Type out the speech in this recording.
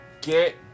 Get